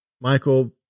Michael